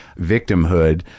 victimhood